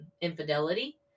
infidelity